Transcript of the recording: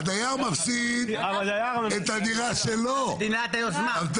מפסיד את הדירה שלו כי